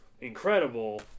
incredible